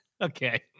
Okay